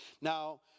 Now